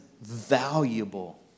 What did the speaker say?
valuable